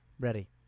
Ready